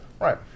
Right